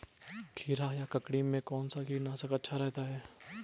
खीरा या ककड़ी में कौन सा कीटनाशक अच्छा रहता है?